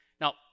Now